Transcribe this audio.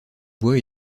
bois